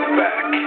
back